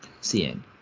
seeing